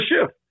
shift